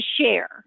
share